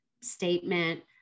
statement